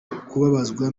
kubabazwa